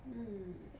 mm